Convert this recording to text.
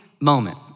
moment